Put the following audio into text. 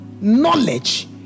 knowledge